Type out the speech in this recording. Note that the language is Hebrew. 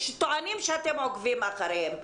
טוענים שאתם עוקבים אחריהן?